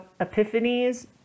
epiphanies